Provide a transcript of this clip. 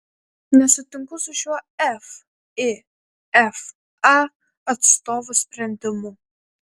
nesutinku su šiuo fifa atstovų sprendimu